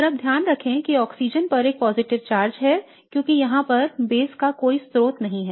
और अब ध्यान रखें कि ऑक्सीजन पर एक सकारात्मक चार्ज है क्योंकि यहाँ पर base का कोई स्रोत नहीं है